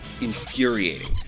infuriating